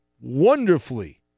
wonderfully